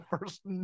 first